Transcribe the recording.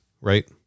right